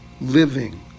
living